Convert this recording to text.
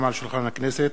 שלישית: